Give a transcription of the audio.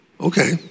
Okay